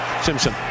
Simpson